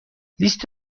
لیست